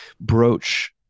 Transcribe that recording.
broach